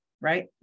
right